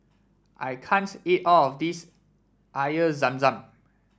I can't eat all of this Air Zam Zam